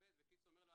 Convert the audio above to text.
להתאבד וקיציס אומר לו,